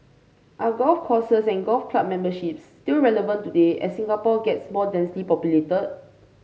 are golf courses and golf club memberships still relevant today as Singapore gets more densely